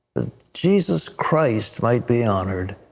jesus christ might be honored.